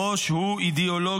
הראש הוא אידיאולוגיה,